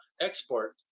export